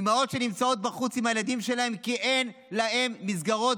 אימהות שנמצאות בחוץ עם הילדים שלהן כי אין להם מסגרות